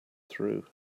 through